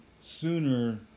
sooner